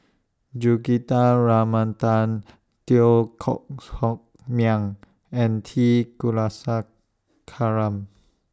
Juthika Ramanathan Teo Koh Sock Miang and T Kulasekaram